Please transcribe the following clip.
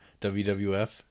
wwf